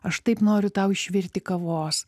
aš taip noriu tau išvirti kavos